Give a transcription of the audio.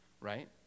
Right